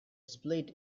split